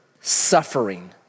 suffering